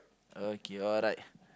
okay alright